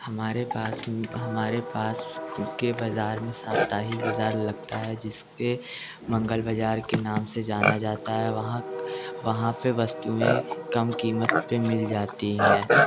हमारे पास हमारे पास के बज़ार में साप्ताहिक बज़ार लगता है जिसको मंगल बज़ार के नाम से जाना जाता है वहाँ वहाँ पेर वस्तूएं कम कीमत पर मिल जाती है